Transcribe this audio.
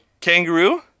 kangaroo